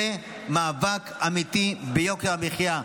זה מאבק אמיתי ביוקר המחיה.